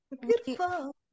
Beautiful